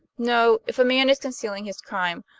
no, if a man is concealing his crime,